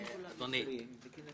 אדוני.